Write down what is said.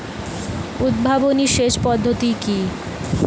উদ্ভাবনী সেচ পদ্ধতি কি?